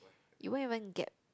you won't even get